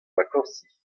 vakañsiñ